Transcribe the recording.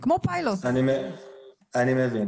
או שלא.